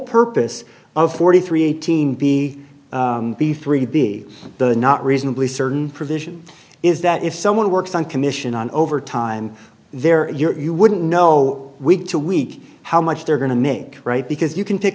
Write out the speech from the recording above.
purpose of forty three eighteen b b three b the not reasonably certain provision is that if someone works on commission on overtime there you are you wouldn't know week to week how much they're going to make right because you can pick